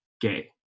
gay